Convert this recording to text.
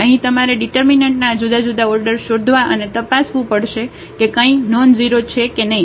અહીં તમારે ડિટર્મિનન્ટના આ જુદા જુદા ઓર્ડર શોધવા અને તપાસવું પડશે કે કંઈ નોનઝીરો છે કે નહીં